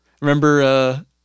remember